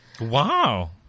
Wow